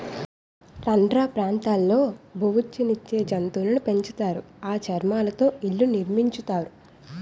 tundra ప్రాంతాల్లో బొఉచ్చు నిచ్చే జంతువులును పెంచుతారు ఆ చర్మాలతో ఇళ్లు నిర్మించుతారు